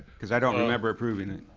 cause i don't remember approving it.